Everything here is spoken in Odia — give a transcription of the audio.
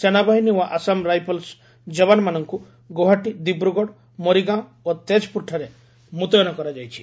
ସେନାବାହିନୀ ଓ ଆସାମ ରାଇଫଲସ୍ ଯବାନମାନଙ୍କୁ ଗୌହାଟି ଦିବ୍ରୁଗଡ଼ ମୋରିଗାଓଁ ଓ ତେଜପ୍ରରଠାରେ ମ୍ରତୟନ କରାଯାଇଛି